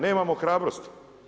Nemamo hrabrosti.